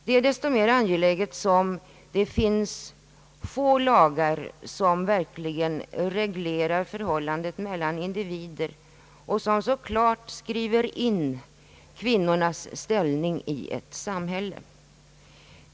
Det är desto mer angeläget som det finns få lagar som verkligen reglerar förhållandet mellan individer och som så klart skriver in kvinnornas ställning i ett samhälle som äktenskapslagstiftningen.